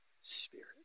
spirit